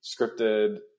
scripted